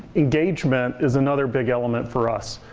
engagement is another big element for us.